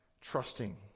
trusting